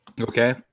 Okay